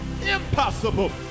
impossible